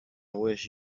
wish